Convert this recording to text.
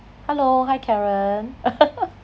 hello hi karen